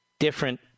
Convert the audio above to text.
different